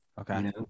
Okay